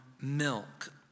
milk